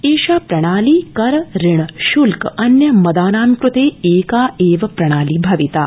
एषा प्रणाली कर ऋण शुल्क अन्य मदानां कृते एका एव प्रणाली भविता